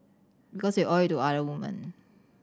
because you owe it to other women